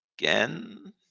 again